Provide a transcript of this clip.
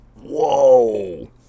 whoa